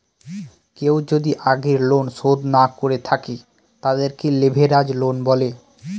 কেউ যদি আগের লোন শোধ না করে থাকে, তাদেরকে লেভেরাজ লোন বলে